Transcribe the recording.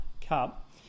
Cup